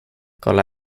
kolla